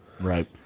Right